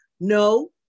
No